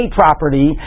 property